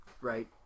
right